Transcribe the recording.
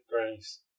Grace